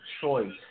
choice